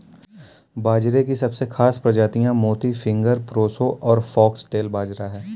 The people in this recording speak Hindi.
बाजरे की सबसे खास प्रजातियाँ मोती, फिंगर, प्रोसो और फोक्सटेल बाजरा है